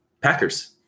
Packers